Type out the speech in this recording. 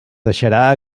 deixarà